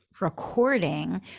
recording